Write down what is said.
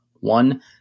one